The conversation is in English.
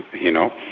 you know?